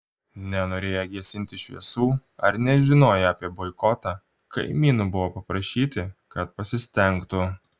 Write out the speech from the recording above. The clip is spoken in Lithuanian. nenorėję gesinti šviesų ar nežinoję apie boikotą kaimynų buvo paprašyti kad pasistengtų